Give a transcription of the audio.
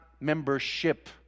membership